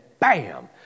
Bam